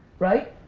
right?